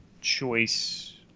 choice